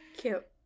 Cute